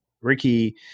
Ricky